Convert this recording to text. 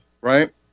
right